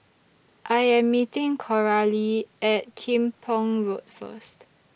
I Am meeting Coralie At Kim Pong Road First